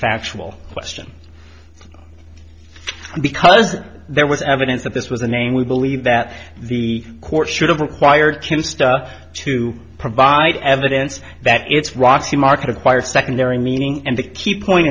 factual question because there was evidence that this was a name we believe that the court should have required kim stuff to provide evidence that it's rocks the market acquired secondary meaning and the key point